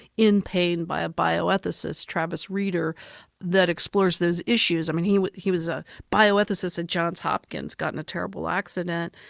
in pain by a bioethicist travis n. rieder that explores those issues. i mean, he was he was a bioethicist at johns hopkins, got in a terrible accident,